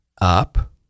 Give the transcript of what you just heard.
up